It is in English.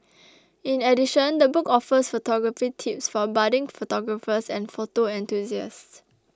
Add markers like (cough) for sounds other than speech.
(noise) in addition the book offers photography tips for budding photographers and photo enthusiasts